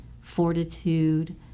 fortitude